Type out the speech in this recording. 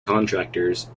contractors